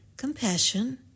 compassion